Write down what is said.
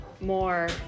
more